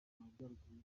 majyaruguru